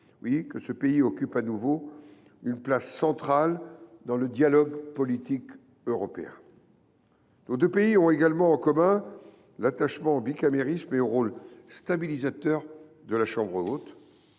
aujourd’hui –, occupe de nouveau une place centrale dans le dialogue politique européen. Nos deux pays ont également en commun l’attachement au bicamérisme et au rôle stabilisateur de la Chambre haute.